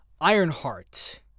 Ironheart